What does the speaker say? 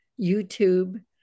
YouTube